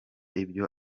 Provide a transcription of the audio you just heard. ibyo